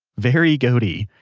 very goaty.